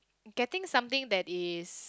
getting something that is